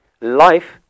Life